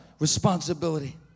responsibility